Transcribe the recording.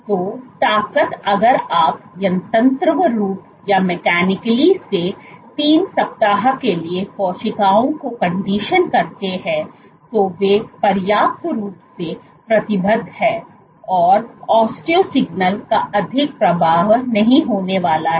तो ताकत अगर आप यंत्रवत् रूप से 3 सप्ताह के लिए कोशिकाओं को कंडीशन करते हैं तो वे पर्याप्त रूप से प्रतिबद्ध हैं और ओस्टियो सिग्नल का अधिक प्रभाव नहीं होने वाला है